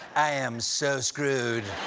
i am so screwed.